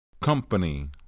company